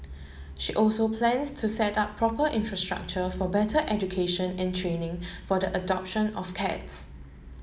she also plans to set up proper infrastructure for better education and training for the adoption of cats